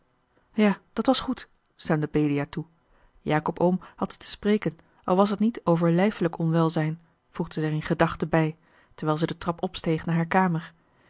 ja dat was goed stemde belia toe jacob oom had ze te spreken al was t niet over lijfelijk onwelzijn voegde zij er in gedachte bij terwijl zij de trap opsteeg naar hare kamer